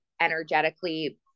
energetically